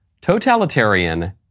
Totalitarian